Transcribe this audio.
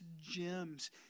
gems